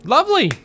Lovely